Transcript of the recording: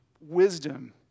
wisdom